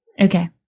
Okay